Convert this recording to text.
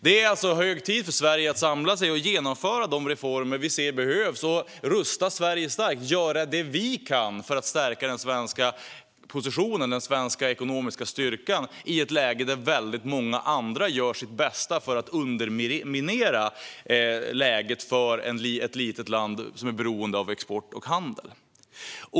Det är alltså hög tid för Sverige att samla sig och genomföra de reformer som vi ser behövs, rusta Sverige starkt och göra det vi kan för att stärka den svenska positionen och ekonomin i ett läge där många andra gör sitt bästa för att underminera läget för ett litet land som är beroende av export och handel.